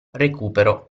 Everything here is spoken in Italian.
recupero